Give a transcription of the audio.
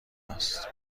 است